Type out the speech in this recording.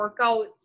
workouts